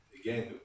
again